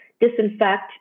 disinfect